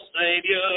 Savior